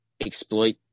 exploit